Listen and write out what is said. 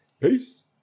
Peace